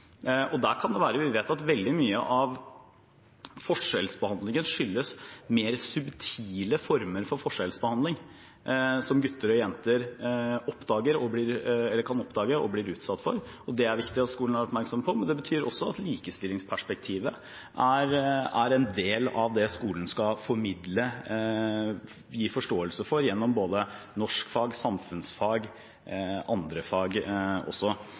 Vi vet at veldig mye av forskjellsbehandlingen skyldes mer subtile former for forskjellsbehandling som gutter og jenter kan oppdage – og blir utsatt for. Det er det viktig at skolen er oppmerksom på. Men det betyr også at likestillingsperspektivet er en del av det skolen skal formidle, gi forståelse for, gjennom både norskfag, samfunnsfag og andre fag.